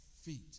feet